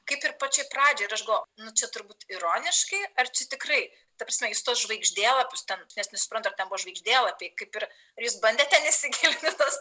kaip ir pačioj pradžioj ir aš galvoju nu čia turbūt ironiškai ar čia tikrai ta prasme jis tuos žvaigždėlapius ten nes nesuprantu ar ten buvo žvaigždėlapiai kaip ir jūs bandėte nesigilinus